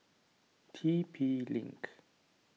T P link